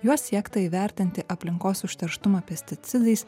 juo siekta įvertinti aplinkos užterštumą pesticidais